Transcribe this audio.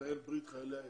מנהל ברית חיילי האצ"ל.